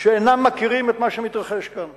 שאינם מכירים את מה שמתרחש כאן,